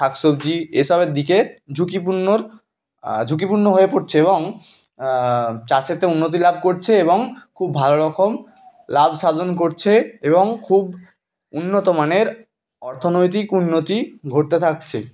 শাকসবজি এসবের দিকে ঝুঁকিপূর্ণর ঝুঁকিপূর্ণ হয়ে পড়ছে এবং চাষেতে উন্নতি লাভ করছে এবং খুব ভালোরকম লাভ সাধন করছে এবং খুব উন্নতমানের অর্থনৈতিক উন্নতি ঘটতে থাকছে